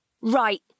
Right